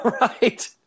right